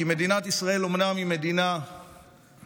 כי מדינת ישראל אומנם היא מדינה צעירה,